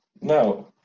No